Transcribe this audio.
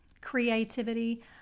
creativity